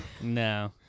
No